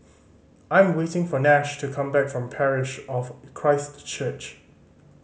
I am waiting for Nash to come back from Parish of Christ Church